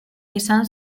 izan